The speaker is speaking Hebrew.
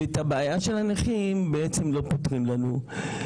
ואת הבעיה של הנכים לא פותרים לנו.